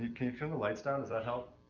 you, can you turn the lights down? does that help?